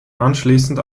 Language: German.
anschließend